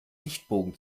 lichtbogen